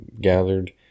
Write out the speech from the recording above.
gathered